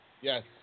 Yes